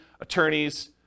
attorneys